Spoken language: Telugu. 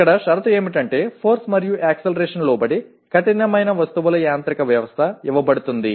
ఇక్కడ షరతు ఏమిటంటే ఫోర్స్ మరియు యాక్సలరేషన్ లోబడి కఠినమైన వస్తువుల యాంత్రిక వ్యవస్థ ఇవ్వబడుతుంది